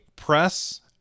press